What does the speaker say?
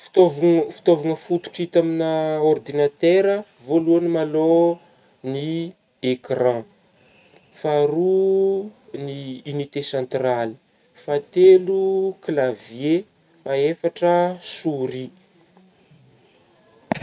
Fitaovogno-fitaovagna fototra hita aminah ordinatera voalohagny ma aloha ny ecran faharoa ny inite sentraly fahatelo klavie fahaefatra souris.